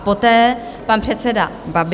Poté pan předseda Babiš.